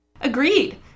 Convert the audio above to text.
Agreed